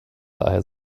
daher